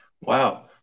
Wow